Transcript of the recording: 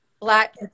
Black